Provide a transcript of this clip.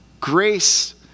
grace